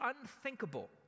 unthinkable